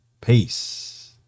Peace